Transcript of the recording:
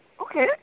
Okay